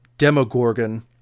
demogorgon